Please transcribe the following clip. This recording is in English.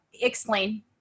explain